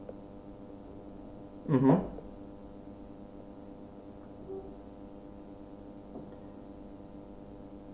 mmhmm